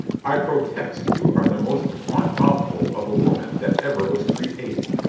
i protest you are the most piquant mouthful of a woman that ever was created!